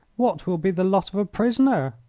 what will be the lot of a prisoner?